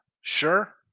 sure